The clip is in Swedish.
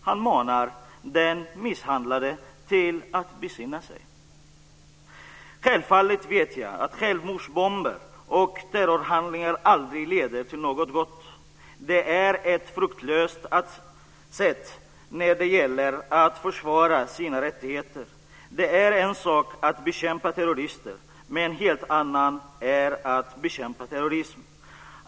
Han manar den misshandlade till besinning. Självfallet vet jag att självmordsbomber och terrorhandlingar aldrig leder till något gott. Det är ett fruktlöst sätt att försvara sina rättigheter. Det är en sak att bekämpa terrorister, men en helt annan är att bekämpa terrorism.